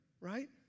Right